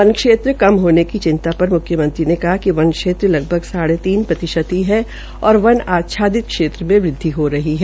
one क्षेत्र कम होने की चिंता पर मुख्यमंत्री ने कहा कि लगभग साढ़े तीन प्रतिशत ही है और वन आच्छादित क्षेत्र में वृदवि हो रही है